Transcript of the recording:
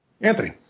Anthony